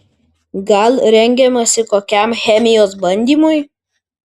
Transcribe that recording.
gal rengiamasi kokiam chemijos bandymui